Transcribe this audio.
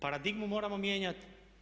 Paradigmu moramo mijenjati.